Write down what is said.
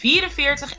44